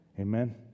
amen